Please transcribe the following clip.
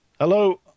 Hello